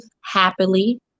happily